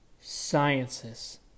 sciences